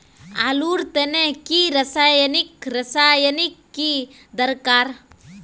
आलूर तने की रासायनिक रासायनिक की दरकार?